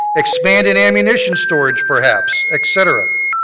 expanded ammunition stores perhaps, etc.